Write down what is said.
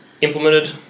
implemented